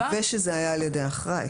ושזה היה על ידי אחראי.